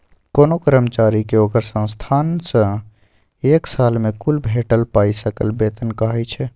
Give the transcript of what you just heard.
कोनो कर्मचारी केँ ओकर संस्थान सँ एक साल मे कुल भेटल पाइ सकल बेतन कहाइ छै